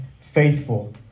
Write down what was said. Faithful